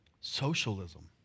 Socialism